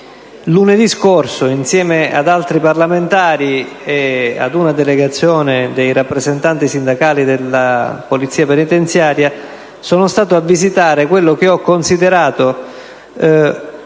Lunedì scorso, insieme ad altri parlamentari e ad una delegazione di rappresentanti sindacali della polizia penitenziaria, sono andato a visitare quello che considero